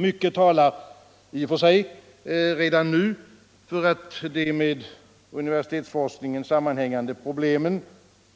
Mycket talar i och för sig redan nu för att de med universitetsforskningen sammanhängande problemen,